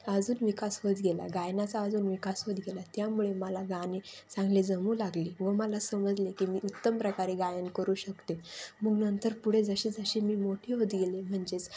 अजून विकास होत गेला गायनाचा अजून विकास होत गेला त्यामुळे मला गाणे चांगले जमू लागले व मला समजले की मी उत्तम प्रकारे गायन करू शकते मग नंतर पुढे जशे जशे मी मोठीे होत गेले म्हणजेच